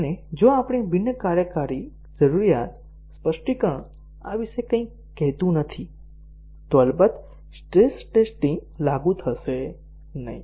અને જો આપણી બિન કાર્યકારી જરૂરિયાત સ્પષ્ટીકરણ આ વિશે કંઇ કહેતું નથી તો અલબત્ત સ્ટ્રેસ ટેસ્ટીંગ લાગુ થશે નહીં